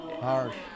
Harsh